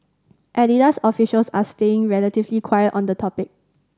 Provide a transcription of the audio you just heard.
Adidas officials are staying relatively quiet on the topic